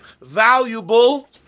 valuable